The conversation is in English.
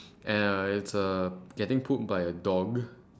and it's uh getting pulled by a dog